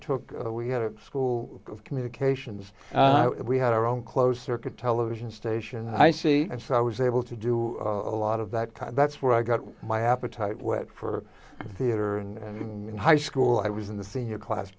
took we had a school of communications we had our own closed circuit television station i see and so i was able to do a lot of that kind that's where i got my appetite wet for theater and in high school i was in the senior class